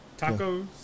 Tacos